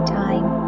time